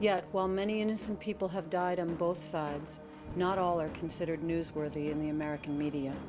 yet while many innocent people have died on both sides not all are considered newsworthy in the american media